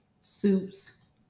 soups